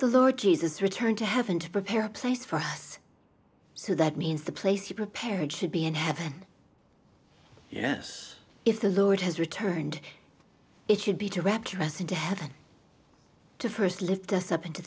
the lord jesus returned to heaven to prepare a place for us so that means the place you prepared should be in heaven yes if the lord has returned it should be to wrap dress and to have to st lift us up into